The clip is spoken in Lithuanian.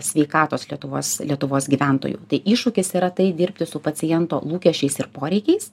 sveikatos lietuvos lietuvos gyventojų tai iššūkis yra tai dirbti su paciento lūkesčiais ir poreikiais